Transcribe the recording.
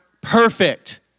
perfect